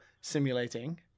simulating